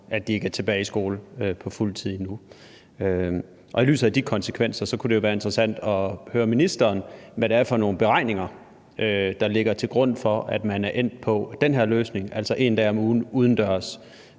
at de ikke er tilbage i skole på fuld tid endnu. Og i lyset af de konsekvenser kunne det jo være interessant at høre ministeren, hvad det er for nogle beregninger, der ligger til grund for, at man er endt på den her løsning, altså én dag om ugen udendørs,